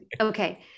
Okay